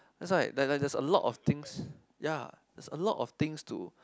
that's why like like there's a lot of things ya there's a lot of things to